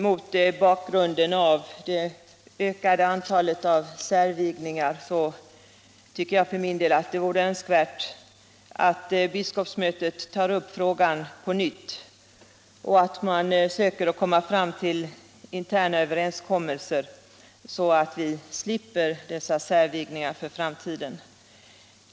Mot bakgrund av det ökade antalet särvigningar tycker jag för min del att det vore önskvärt att biskopsmötet tar upp frågan på nytt och att man söker komma fram till interna överenskommelser, så att vi slipper dessa särvigningar i framtiden.